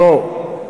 לא.